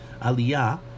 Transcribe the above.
aliyah